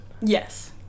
Yes